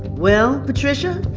well, patricia,